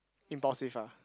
impulsive ah